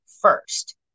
first